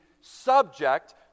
subject